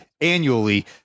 annually